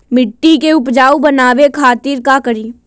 मिट्टी के उपजाऊ बनावे खातिर का करी?